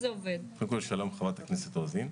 שלום חברת הכנסת רוזין.